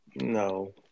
no